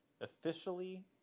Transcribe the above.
officially